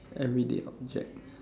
everyday object